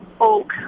oak